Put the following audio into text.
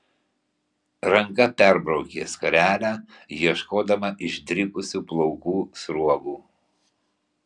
ranka perbraukė skarelę ieškodama išdrikusių plaukų sruogų